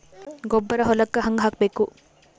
ಗೊಬ್ಬರ ಹೊಲಕ್ಕ ಹಂಗ್ ಹಾಕಬೇಕು?